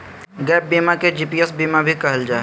gap बीमा के GAPS बीमा भी कहल जा हय